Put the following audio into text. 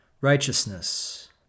righteousness